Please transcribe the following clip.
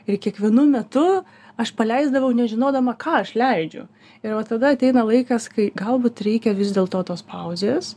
ir kiekvienu metu aš paleisdavau nežinodama ką aš leidžiu ir va tada ateina laikas kai galbūt reikia vis dėl to tos pauzės